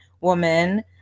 woman